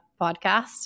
podcast